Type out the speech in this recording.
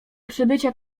przybycia